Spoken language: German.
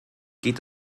geht